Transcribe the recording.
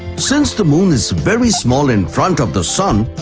since the moon is very small in front of the sun,